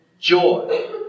joy